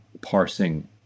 parsing